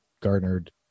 garnered